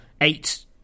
eight